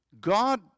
God